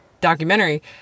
documentary